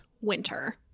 winter